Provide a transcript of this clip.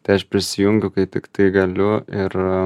tai aš prisijungiu kai tiktai galiu ir